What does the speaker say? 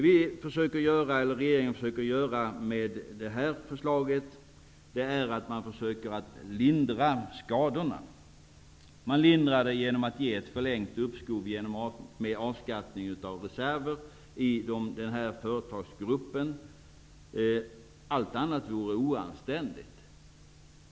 Vad regeringen försöker åstadkomma med det här förslaget är att lindra skadorna. Dessa lindras genom att förlängt uppskov med avskattning av reserver beviljas när det gäller nämnda företagsgrupp. Allt annat vore oanständigt.